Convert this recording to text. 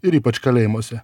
ir ypač kalėjimuose